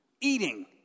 Eating